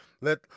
Let